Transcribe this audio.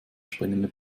springende